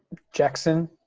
jackson.